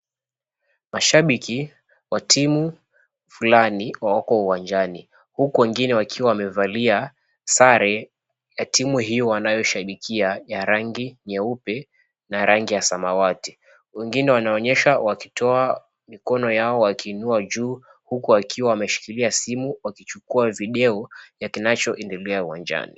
Mashabiki wa timu fulani wako uwanjani huku wengine wakiwa wamevalia sare ya timu hio wanayoshahibikia ya rangi nyeupe na rangi ya samawati. Wengine wanaonyesha wakitoa mikono yao wakiinua juu huku wakiwa wameshikilia simu wakichukua video ya kinachoendelea uwanjani.